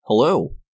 Hello